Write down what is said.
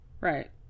Right